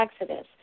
exodus